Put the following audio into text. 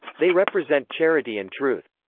they represent charity and truth.